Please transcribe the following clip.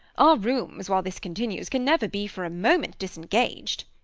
our rooms, while this continues, can never be, for a moment, disengaged.